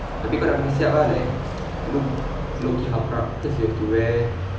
tapi kau kena siap ah look low key haprak because you have to wear